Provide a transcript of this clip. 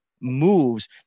moves